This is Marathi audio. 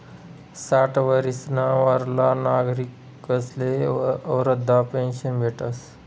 साठ वरीसना वरला नागरिकस्ले वृदधा पेन्शन भेटस